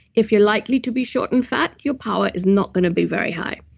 if you're likely to be short and fat your power is not going to be very high.